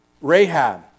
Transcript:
Rahab